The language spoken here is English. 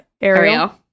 Ariel